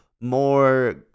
more